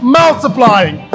multiplying